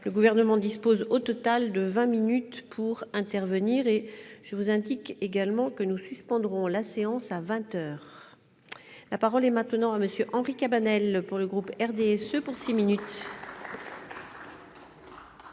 le gouvernement dispose au total de 20 minutes pour intervenir et je vous indique également que nous suspendrons la séance à 20 heures la parole est maintenant à monsieur Henri Cabanel pour le groupe RDSE pour 6 minutes.